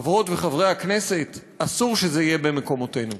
חברות וחברי הכנסת, אסור שזה יהיה במקומותינו.